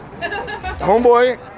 Homeboy